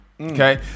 Okay